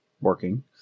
working